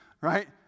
right